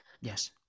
Yes